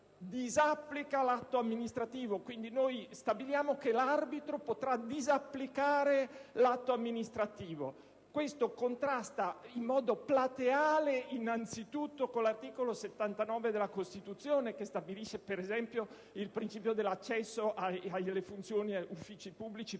disapplica l'atto amministrativo. Quindi, l'arbitro potrà disapplicare l'atto amministrativo. Questo contrasta in modo plateale innanzitutto con l'articolo 97 della Costituzione che stabilisce, tra gli altri, il principio dell'accesso agli uffici pubblici